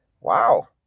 Wow